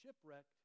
shipwrecked